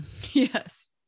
yes